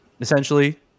essentially